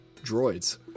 droids